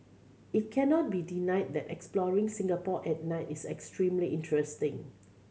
it cannot be denied that exploring Singapore at night is extremely interesting